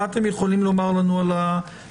מה אתם יכולים לומר לנו על האפקטיביות